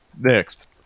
Next